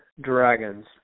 Dragons